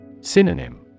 Synonym